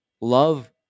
love